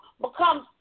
becomes